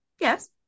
yes